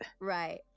Right